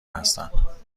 هستند